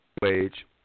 wage